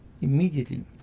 Immediately